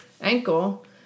ankle